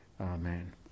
Amen